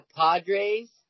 Padres